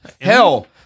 Hell